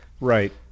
right